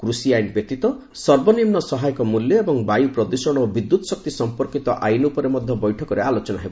କୃଷି ଆଇନ ବ୍ୟତୀତ ସର୍ବନିମ୍ନ ସହାୟକ ମୂଲ୍ୟ ଏବଂ ବାୟୁ ପ୍ରଦୂଷଣ ଓ ବିଦ୍ୟୁତ୍ ଶକ୍ତି ସମ୍ପର୍କିତ ଆଇନ ଉପରେ ମଧ୍ୟ ବୈଠକରେ ଆଲୋଚନା ହେବ